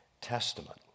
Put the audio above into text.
Testament